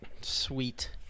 Sweet